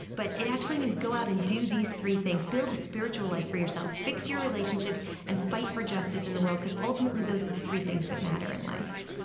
but it actually means go out and do these three things build a spiritual life for yourself, fix your relationships, and fight for justice in the world, because ultimately those are the three things that matter in life